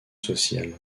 sociale